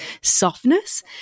softness